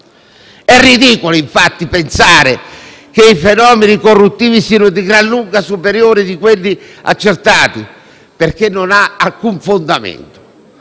È ridicolo, infatti, pensare che i fenomeni corruttivi siano di gran lunga superiori a quelli accertati: non ha alcun fondamento,